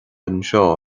anseo